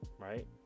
right